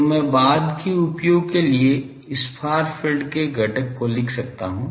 तो मैं बाद के उपयोग के लिए इस फार फील्ड के घटक को लिख सकता हूं